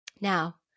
Now